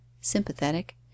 sympathetic